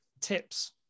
tips